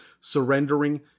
surrendering